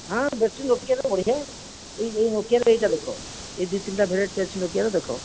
ହଁ ବ୍ୟାଟେରୀ ନୋକିଆର ବଢ଼ିଆ ଏଇ ଯେଉଁ ନୋକିଆର ଏଇଟା ଦେଖ ଏ ଦୁଇ ତିନିଟା ଭେରାଇଟ ଅଛି ନୋକିଆର ଦେଖ